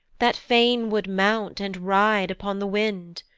that fain would mount, and ride upon the wind.